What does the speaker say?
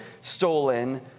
stolen